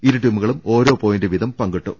ഇരു ടീമുകളും ഓരോ പോയിന്റ് വീതം പങ്കിട്ടു